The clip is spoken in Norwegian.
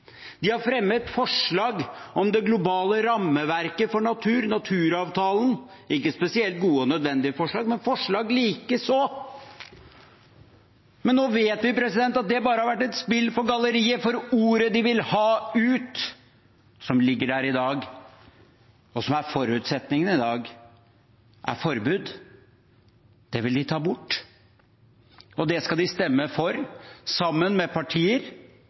De har fremmet forslag om det globale rammeverket for natur, naturavtalen, ikke spesielt gode og nødvendige forslag, men forslag likes fullt. Men nå vet vi at det bare har vært et spill for galleriet, for ordet de vil ha ut, som ligger der i dag, og som er forutsetningen i dag, er forbud. Det vil de ta bort, og det skal de stemme for sammen med partier